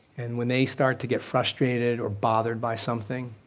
and when they start to get frustrated or bothered by something,